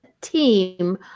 team